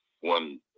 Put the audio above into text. one